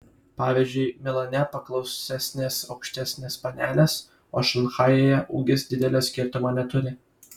pavyzdžiui milane paklausesnės aukštesnės panelės o šanchajuje ūgis didelio skirtumo neturi